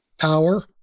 power